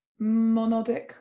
monodic